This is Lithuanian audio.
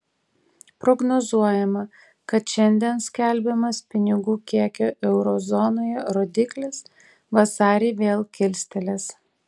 prognozuojama kad šiandien skelbiamas pinigų kiekio euro zonoje rodiklis vasarį vėl kilstelės